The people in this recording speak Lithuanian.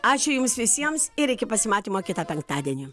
ačiū jums visiems ir iki pasimatymo kitą penktadienį